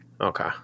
Okay